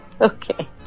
Okay